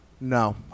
No